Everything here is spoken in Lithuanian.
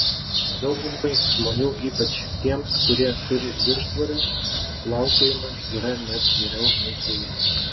daugumai žmonių ypač tiems kurie turi viršsvorio plaukiojimas yra net geriau nei ėjimas